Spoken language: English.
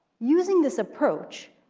using this approach,